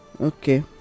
okay